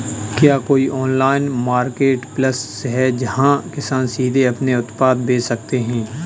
क्या कोई online marketplace है जहाँ किसान सीधे अपने उत्पाद बेच सकते हैं?